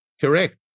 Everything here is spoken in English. Correct